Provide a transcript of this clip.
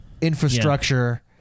infrastructure